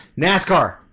nascar